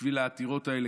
בשביל העתירות האלה,